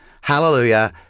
Hallelujah